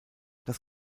das